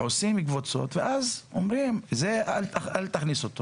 עושים קבוצות ואז אומרים שאת זה אל תכניס.